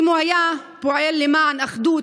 אם הוא היה פועל למען אחדות,